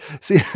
see